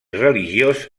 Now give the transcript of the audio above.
religiós